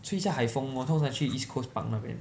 吹一下海风 lor 去 east coast park 那边